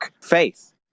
faith